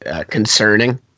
concerning